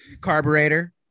carburetor